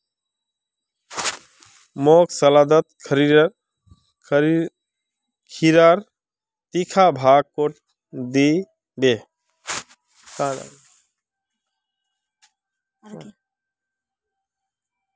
मोक सलादत खीरार तीखा भाग काटे दी बो